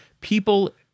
People